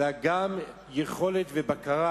אלא גם תיתן יכולת ובקרה